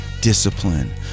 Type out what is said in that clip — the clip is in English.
discipline